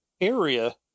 area